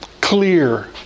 Clear